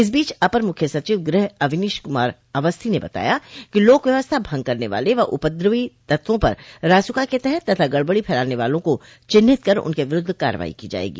इस बीच अपर मुख्य सचिव गृह अवनीश कुमार अवस्थी ने बताया कि लोक व्यवस्था भंग करने वाले व उपद्रवी तत्वों पर रासुका के तहत तथा गड़बड़ी फैलाने वालों को चिन्हित कर उनके विरूद्व कार्रवाई की जायेगी